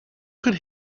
could